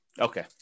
Okay